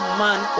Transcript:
man